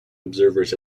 observers